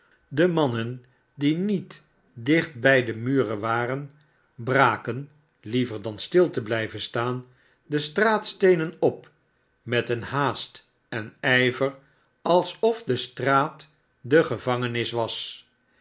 de jiannen die niet dicht bij de muren waren braken hever dan stil te blijven staan de straatsteenen op met een haast en ijyer alsof de straat de gevangenis was